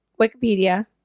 Wikipedia